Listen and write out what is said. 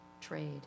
trade